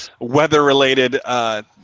weather-related